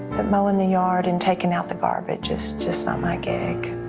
but mowing the yard and taking out the garbage is just not my gig.